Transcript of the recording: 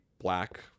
black